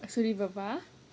சொல்லு பாப்பா:sollu papa